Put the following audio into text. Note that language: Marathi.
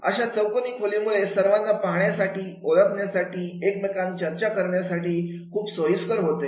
अशा चौकोनी खोलीमुळे सर्वांना पाहण्यासाठी ओळखण्यासाठी एकमेकांना चर्चा करण्यासाठी खूप सोयीस्कर होतं